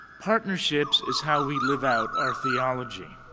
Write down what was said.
partnerships is how we live out our theology.